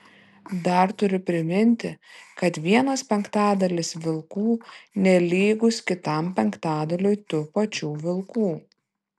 dar turiu priminti kad vienas penktadalis vilkų nelygus kitam penktadaliui tų pačių vilkų